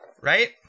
right